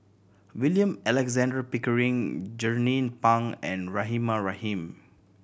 William Alexander Pickering Jernnine Pang and Rahimah Rahim